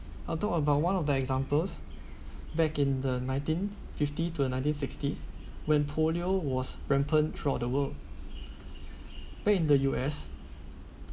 I'll talk about one of the examples back in the nineteen fifty to nineteen sixties when polio was rampant throughout the world back in the U_S